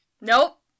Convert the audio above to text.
Nope